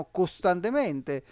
costantemente